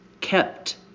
kept